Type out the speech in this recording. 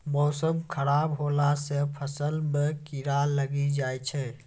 मौसम खराब हौला से फ़सल मे कीड़ा लागी जाय छै?